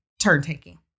turn-taking